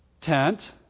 tent